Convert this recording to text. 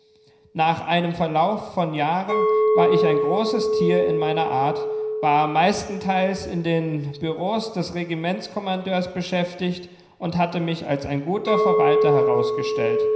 nach einem verlauf von jahren war ich ein großes tier in meiner art war meistenteils in den bureaus des regimentskommandeurs beschäftigt und hatte mich als ein guter verwalter herausgestellt